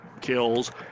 kills